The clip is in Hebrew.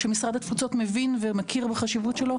שמשרד התפוצות מבין ומכיר בחשיבות שלו,